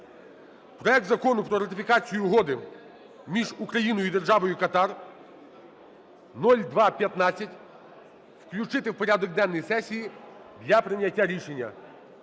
проект Закону про ратифікацію Угоди між Україною і Державою Катар (0215) включити в порядок денний сесії для прийняття рішення.